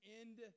end